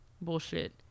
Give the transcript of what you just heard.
bullshit